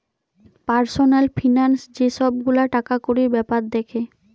personal finance যে সব গুলা টাকাকড়ির বেপার দ্যাখে